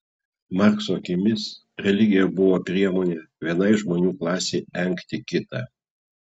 markso akimis religija buvo priemonė vienai žmonių klasei engti kitą